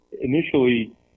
initially